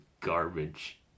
garbage